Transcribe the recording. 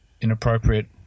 inappropriate –